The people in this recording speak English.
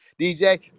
DJ